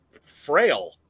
frail